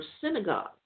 synagogue